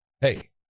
hey